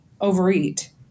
overeat